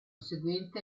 seguente